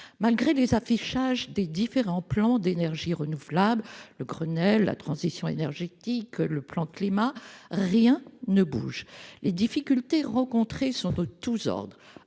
Malgré les affichages des différents plans d'énergie renouvelable- Grenelle, transition énergétique, plan Climat -, rien ne bouge ! Les difficultés rencontrées sont de tous ordres